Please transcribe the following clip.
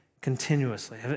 continuously